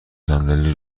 صندلی